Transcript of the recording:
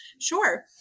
Sure